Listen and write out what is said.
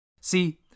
See